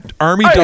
army